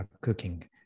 cooking